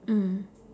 mm